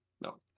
No